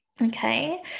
Okay